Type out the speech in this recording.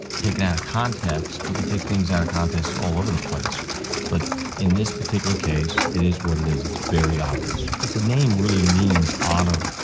taken out of context, you can take things out of context all over the place but in this particular case it is what it is, it's very obvious. that the name really means honor.